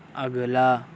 اگلا